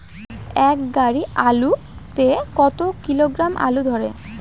এক গাড়ি আলু তে কত কিলোগ্রাম আলু ধরে?